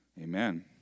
Amen